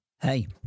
Hey